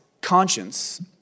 conscience